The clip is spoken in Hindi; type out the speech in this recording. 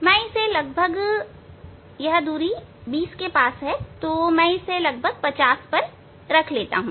मैं इसे लगभग यह दूरी 20 के पास है मैं इसे 50 पर रख लूंगा